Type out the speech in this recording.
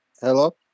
Hello